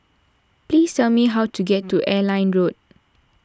please tell me how to get to Airline Road